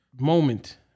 moment